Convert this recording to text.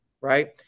right